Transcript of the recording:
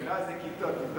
לא, זה "כִּתות".